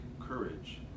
courage